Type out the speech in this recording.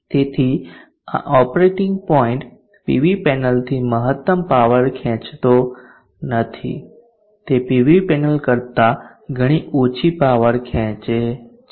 તેથી આ operating point PV પેનલથી મહત્તમ પાવર ખેંચતો નથી તે પીવી પેનલ કરતા ઘણી ઓછી પાવર ખેંચે છે